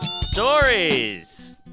Stories